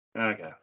Okay